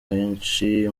henshi